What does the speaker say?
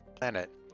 planet